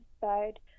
side